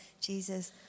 Jesus